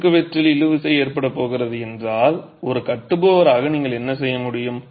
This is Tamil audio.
குறுக்குவெட்டில் இழு விசை ஏற்படப் போகிறது என்றால் ஒரு கட்டுபவராக நீங்கள் என்ன செய்ய முடியும்